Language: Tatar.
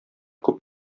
күп